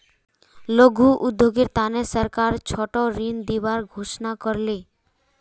लघु उद्योगेर तने सरकार छोटो ऋण दिबार घोषणा कर ले